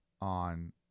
on